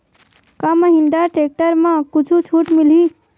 का महिंद्रा टेक्टर म कुछु छुट मिलही?